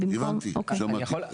הבנתי, שמעתי.